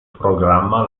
programma